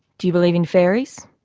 do you believe in fairies?